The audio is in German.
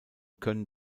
können